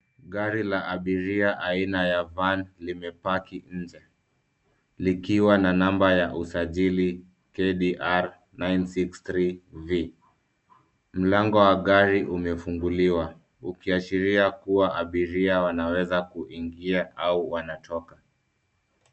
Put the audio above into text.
Gari la abiria aina ya van limepaki nje, likiwa na namba ya usajili KDR 963V. Mlango wa gari umefunguliwa ukiashiria kuwa abiria wanaweza kuingia au wanatoka.